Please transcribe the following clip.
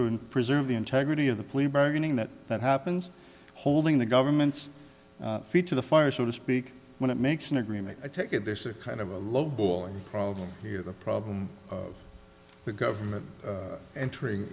to preserve the integrity of the plea bargaining that that happens holding the government's feet to the fire so to speak when it makes an agreement i take it there's a kind of a low balling problem here the problem of the government entering